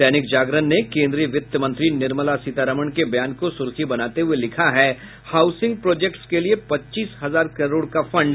दैनिक जागरण ने कोन्द्रीय वित्त मंत्री निर्मला सीतारामन के बयान को सुर्खी बनाते हुए लिखा है हाउसिंग प्रोजेक्ट्स के लिए पच्चीस हजार करोड़ का फंड